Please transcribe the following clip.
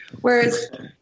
Whereas